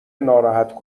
ناراحت